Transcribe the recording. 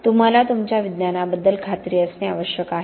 तुम्हाला तुमच्या विज्ञानाबद्दल खात्री असणे आवश्यक आहे